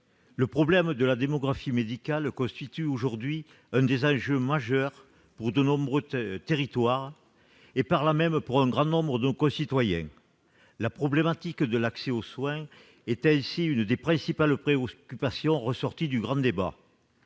Le problème de la démographie médicale constitue aujourd'hui l'un des enjeux majeurs pour de nombreux territoires, et par là même, pour un grand nombre de nos concitoyens. La problématique de l'accès aux soins est ainsi l'une des principales préoccupations ressorties du grand débat.